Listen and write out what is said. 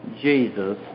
Jesus